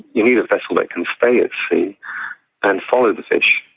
you need a vessel that can stay at sea and follow the fish.